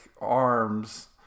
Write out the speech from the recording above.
arms